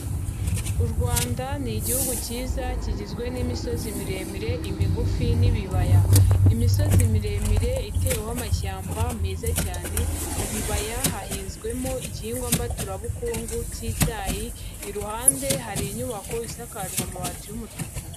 U Rwanda ni igihugu cyiza kigizwe n'imisozi miremire, imigufi n'ibibaya, imisozi miremire iteweho amashyamba meza cyane mu bibaya hahinzwemo igihingwa mbaturabukungu cy'icyayi, iruhande hari inyubako isakajwe amabati y'umutuku.